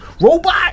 robot